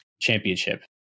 championship